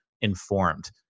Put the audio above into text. informed